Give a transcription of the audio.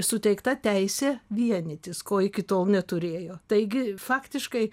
suteikta teisė vienytis ko iki tol neturėjo taigi faktiškai